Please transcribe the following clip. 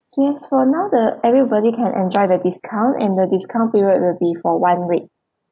yes for now the everybody can enjoy the discount and the discount period will be for one week